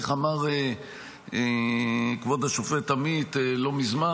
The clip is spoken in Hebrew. איך אמר כבוד השופט עמית לא מזמן?